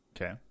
Okay